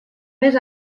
més